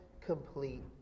complete